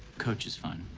coach is fine.